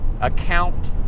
account